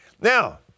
Now